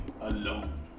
alone